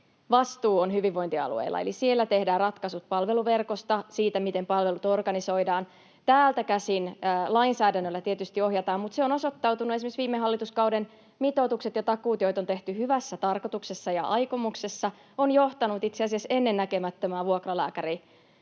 vastuu on hyvinvointialueilla, eli siellä tehdään ratkaisut palveluverkosta ja siitä miten palvelut organisoidaan. Täältä käsin lainsäädännöllä tietysti ohjataan, mutta esimerkiksi viime hallituskauden mitoitukset ja takuut, joita on tehty hyvässä tarkoituksessa ja aikomuksessa, ovat johtaneet itse asiassa ennen näkemättömään vuokralääkäribudjettien